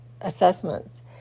assessments